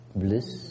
bliss